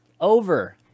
Over